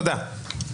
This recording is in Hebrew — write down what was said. תודה.